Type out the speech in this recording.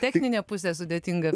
techninė pusė sudėtinga